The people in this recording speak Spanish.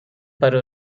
para